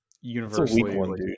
universally